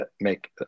make